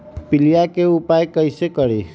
पीलिया के उपाय कई से करी?